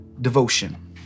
devotion